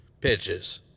pitches